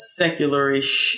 secularish